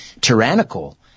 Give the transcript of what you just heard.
tyrannical